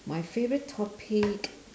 my favourite topic